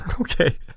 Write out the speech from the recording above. Okay